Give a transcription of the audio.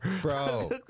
bro